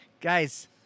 guys